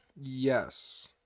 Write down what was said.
yes